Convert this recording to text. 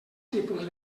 tipus